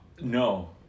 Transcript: No